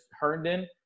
Herndon